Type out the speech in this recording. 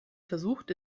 versucht